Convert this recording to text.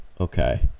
Okay